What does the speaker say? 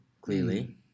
clearly